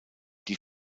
die